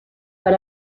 but